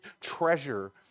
treasure